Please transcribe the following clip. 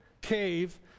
cave